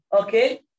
Okay